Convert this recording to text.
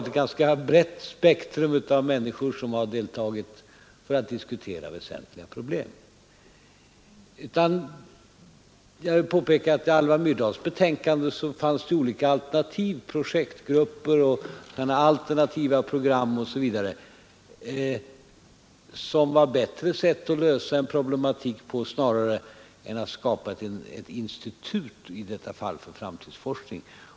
Ett ganska brett spektrum av människor har deltagit för att diskutera väsentliga problem. Jag vill påpeka att det i Alva Myrdals betänkande fanns olika alternativ — projektgrupper, alternativa program osv. — som snarare var ett bättre sätt att lösa problematiken än att skapa ett institut i detta fall för framtidsforskning.